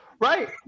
right